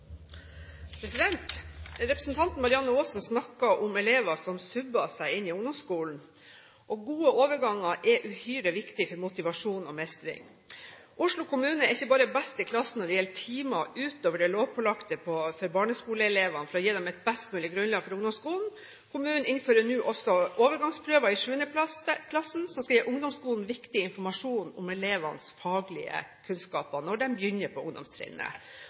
Representanten Marianne Aasen snakket om elever som «subber» inn i ungdomsskolen, og gode overganger er uhyre viktig for motivasjon og mestring. Oslo kommune er ikke bare best i klassen når det gjelder timer utover det lovpålagte for barneskoleelever for å gi dem et best mulig grunnlag for ungdomsskolen, men kommunen innfører nå også overgangsprøver i 7. klasse, som skal gi ungdomsskolen viktig informasjon om elevenes faglige kunnskaper når de begynner på ungdomstrinnet.